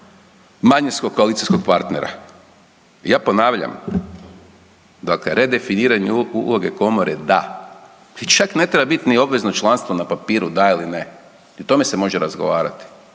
manjinskog koalicijskog partnera. Ja ponavljam dakle redefiniranje uloge komore da i čak ne treba biti niti obvezno članstvo na papiru da ili ne i o tome se može razgovarati,